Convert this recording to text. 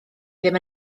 ddim